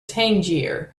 tangier